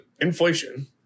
inflation